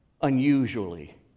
unusually